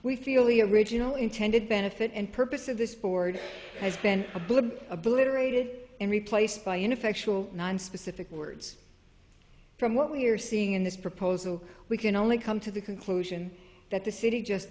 we feel the original intended benefit and purpose of this board has been a blip obliterated and replaced by ineffectual nonspecific words from what we're seeing in this proposal we can only come to the conclusion that the city just